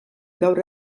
gaur